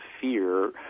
fear